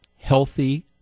healthy